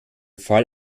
fall